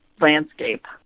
landscape